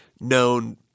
known